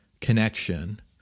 connection